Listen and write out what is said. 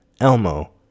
Elmo